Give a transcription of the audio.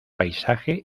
paisaje